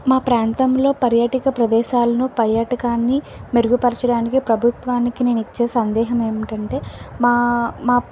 మా ప్రాంతంలో పర్యాటక ప్రదేశాలను పర్యాటకాన్ని మెరుగుపర్చడానికి ప్రభుత్వానికి నేను ఇచ్చే సందేశం ఏంటంటే మా మా